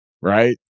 right